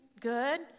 Good